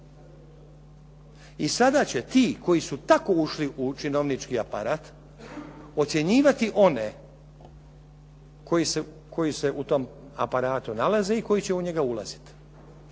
I sada će ti koji su tako ušli u činovnički aparat ocjenjivati one koji se u tome aparatu nalazi i koji će u njega ulaziti.